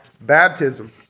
baptism